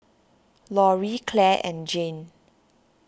Loree Claire and Jeanne